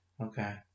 Okay